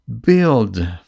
build